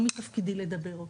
זה לא מתפקידי לדבר עליהם,